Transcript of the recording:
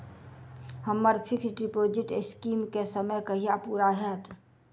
हम्मर fix deposit scheme केँ समय कहिया पूरा हैत?